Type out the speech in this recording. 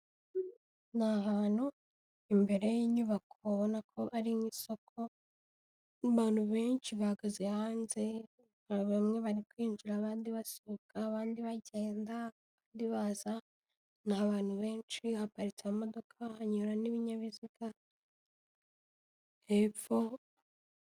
Ni ahantu imbere y'inyubako babona ko ari nk'isoko, abantu benshi bahagaze hanze bamwe bari kwinjira abandi basohoka abandi bagenda baza, ni abantu benshi haparitse imodoka hanyura n'ibinyabiziga hepfo.